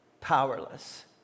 Powerless